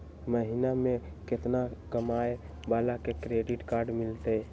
महीना में केतना कमाय वाला के क्रेडिट कार्ड मिलतै?